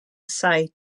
sai